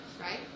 right